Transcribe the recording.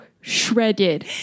shredded